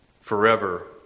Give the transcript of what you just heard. forever